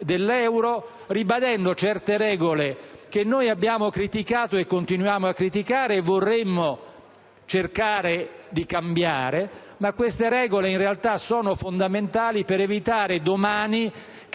dell'euro, certe regole che abbiamo criticato e continuiamo a criticare, e che vorremmo cercare di cambiare. Ma queste regole in realtà sono fondamentali per evitare che domani